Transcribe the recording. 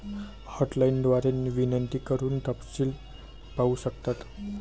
hotline द्वारे विनंती करून कर्ज तपशील पाहू शकता